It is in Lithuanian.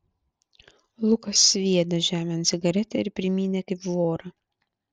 lukas sviedė žemėn cigaretę ir primynė kaip vorą